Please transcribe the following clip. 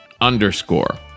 underscore